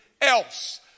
else